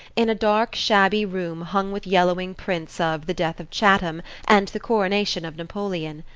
in a dark shabby room hung with yellowing prints of the death of chatham and the coronation of napoleon.